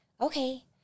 okay